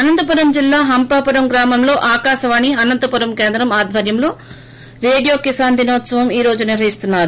అంతపురం జిల్లా హంపాపురం గ్రామంలో ఆకాశవాణి అనంతపురం కేంద్రం ఆధ్వర్యంలో రేడియో కిసాన్ దినోత్సవం ఈరోజు నిర్వహిస్తున్నారు